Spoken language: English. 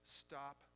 stop